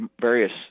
various